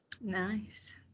nice